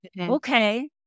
Okay